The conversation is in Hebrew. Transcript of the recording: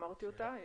אמרתי אותה.